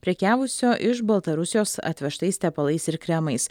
prekiavusio iš baltarusijos atvežtais tepalais ir kremais